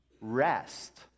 rest